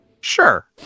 Sure